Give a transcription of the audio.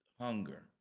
hunger